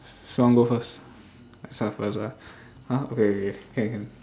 so who want go first I start first ah !huh! okay okay can can